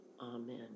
Amen